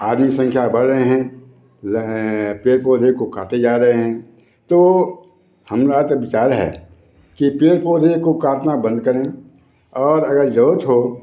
आदमी संख्या बढ़ रही हैं पेड़ पौधे को काटे जा रहे हैं तो हमारा तो विचार है कि पेड़ पौधों को काटना बंद करें और अगर ज़रूरत हो